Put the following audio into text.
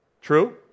True